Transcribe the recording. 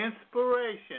Inspiration